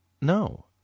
No